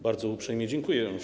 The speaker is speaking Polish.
Bardzo uprzejmie dziękuję.